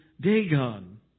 Dagon